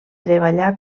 treballà